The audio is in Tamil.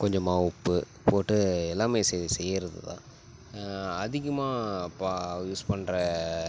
கொஞ்சமாக உப்பு போட்டு எல்லாமே செய் செய்யறது தான் அதிகமாக பா யூஸ் பண்ணுற